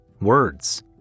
words